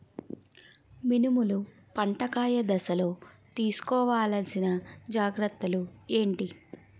మినుములు పంట కాయ దశలో తిస్కోవాలసిన జాగ్రత్తలు ఏంటి?